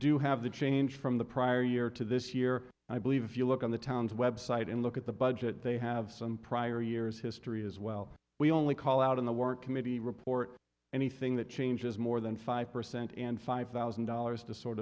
do have the change from the prior year to this year i believe if you look at the town's website and look at the budget they have some prior years history is well we only call out in the work committee report anything that changes more than five percent and five thousand dollars to sort